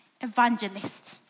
evangelist